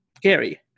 Gary